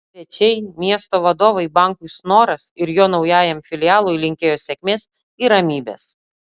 svečiai miesto vadovai bankui snoras ir jo naujajam filialui linkėjo sėkmės ir ramybės